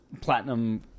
platinum